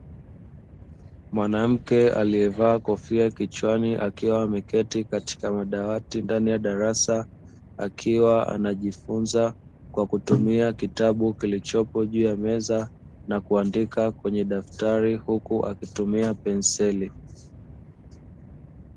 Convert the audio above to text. Mwanamke aliyevaa kofia kichwani akiwa ameketi katika madawati ndani ya darasa, akiwa anajifunza kwa kutumia kitabu kilichopo juu ya meza na kuandika kwenye daftari huku akitumia penseli.